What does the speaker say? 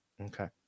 Okay